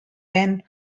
van